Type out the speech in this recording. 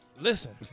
Listen